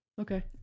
Okay